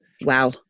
wow